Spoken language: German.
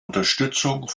unterstützung